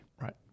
Right